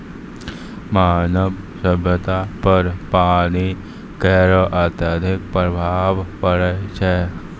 मानव सभ्यता पर पानी केरो अत्यधिक प्रभाव पड़ै छै